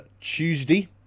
Tuesday